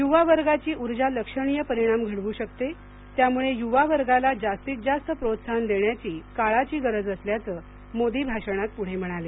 युवा वर्गाची ऊर्जा लक्षणीय परिणाम घडवू शकते त्यामुळे युवा वर्गाला जास्तीत जास्त प्रोत्साहन देण्याची काळाची गरज असल्याचं मोदी भाषणात पुढे म्हणाले